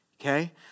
okay